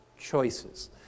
choices